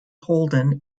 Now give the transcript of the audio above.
holden